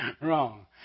wrong